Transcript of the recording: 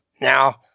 now